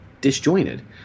disjointed